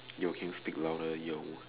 yo can you speak louder yo